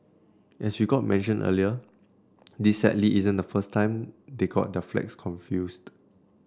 as you got mentioned earlier this sadly isn't the first time they got their flags confused